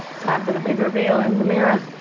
time for the big reveal in the mirror.